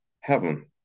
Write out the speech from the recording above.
heaven